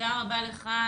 תודה רבה לך.